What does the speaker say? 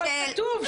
אבל כתוב.